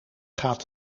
gaat